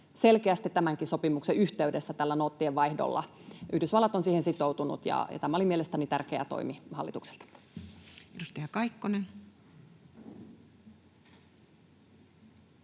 selkeästi tämänkin sopimuksen yhteydessä tällä noottienvaihdolla. Yhdysvallat on siihen sitoutunut, ja tämä oli mielestäni tärkeä toimi hallitukselta. Edustaja Kaikkonen.